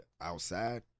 outside